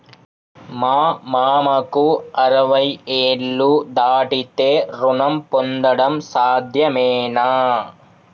మా మామకు అరవై ఏళ్లు దాటితే రుణం పొందడం సాధ్యమేనా?